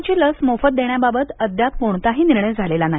कोरोनाची लस मोफत देण्याबाबत अद्याप कोणातीही निर्णय झालेला नाही